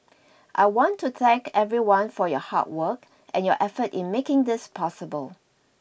I want to thank everyone for your hard work and your effort in making this possible